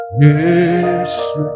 Yes